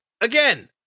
Again